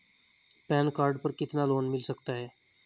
Pan card पर कितना loan मिल सकता है?